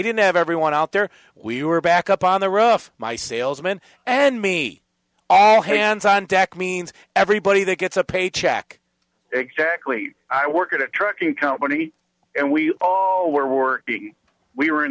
didn't have everyone out there we were back up on the rough my salesman and me all hands on deck means everybody that gets a paycheck exactly i worked at a trucking company and we were we were in